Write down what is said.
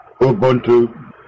Ubuntu